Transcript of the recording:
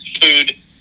food